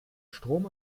strom